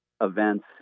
events